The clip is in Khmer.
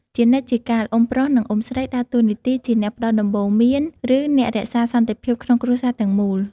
ជានិច្ចជាកាល អ៊ុំប្រុស និងអ៊ុំស្រីដើរតួនាទីជាអ្នកផ្តល់ដំបូន្មាន ឬអ្នករក្សាសន្តិភាពក្នុងគ្រួសារទាំងមូល។